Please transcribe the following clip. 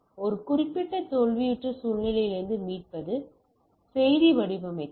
ஒரு குறிப்பிட்ட தோல்வியுற்ற சூழ்நிலையிலிருந்து மீட்பு செய்தி வடிவமைத்தல்